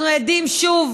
אנחנו עדים שוב